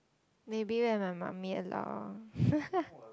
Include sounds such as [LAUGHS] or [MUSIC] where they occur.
maybe when my mummy allow orh [LAUGHS]